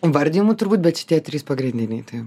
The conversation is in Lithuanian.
vardijamų turbūt bet šitie trys pagrindiniai taip